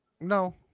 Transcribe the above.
No